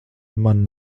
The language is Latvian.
man